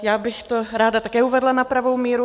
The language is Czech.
Já bych to ráda také uvedla na pravou míru.